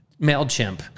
Mailchimp